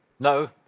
No